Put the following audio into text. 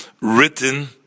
written